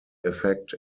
effect